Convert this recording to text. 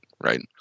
right